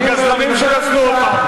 זה גזלנים שגזלו אותם.